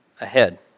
ahead